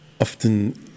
Often